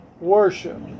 worship